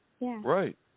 Right